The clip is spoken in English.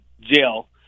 jail